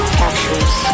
captures